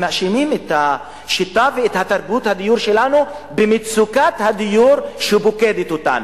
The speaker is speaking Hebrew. הם מאשימים את השיטה ואת תרבות הדיור שלנו במצוקת הדיור שפוקדת אותנו,